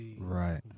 right